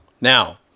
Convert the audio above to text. Now